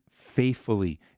faithfully